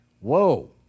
Whoa